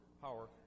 power